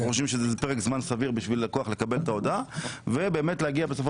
אנחנו חושבים שזה פרק זמן סביר ללקוח כדי לקבל את ההודעה ובאמת בסופו